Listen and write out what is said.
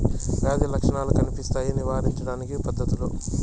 వ్యాధి లక్షణాలు కనిపిస్తాయి నివారించడానికి పద్ధతులు?